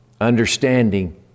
Understanding